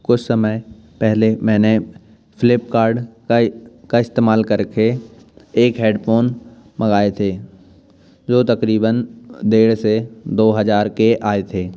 कुछ समय पहले मैंने फ्लिपकार्ड का इस्तेमाल करके एक हैडफोन मंगाए थे जो तकरीबन डेढ़ से दो हजार के आए थे